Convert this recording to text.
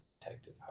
Detective